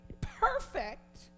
perfect